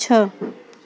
छह